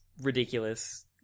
ridiculous